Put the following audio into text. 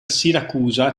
siracusa